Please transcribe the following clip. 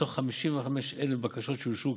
מתוך כ-55,000 בקשות שאושרו,